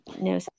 no